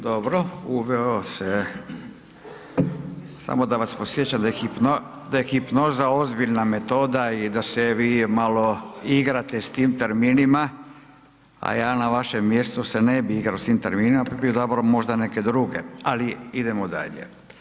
Dobro, uveo se, samo da vas podsjećam da je hipnoza ozbiljna metoda i da se vi malo igrate s tim terminima, a ja na vašem mjestu se ne bi igrao s tim terminima, pa bi odabrao možda neke druge, ali idemo dalje.